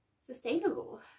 sustainable